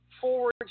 forward